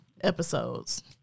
episodes